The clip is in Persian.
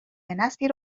نسلی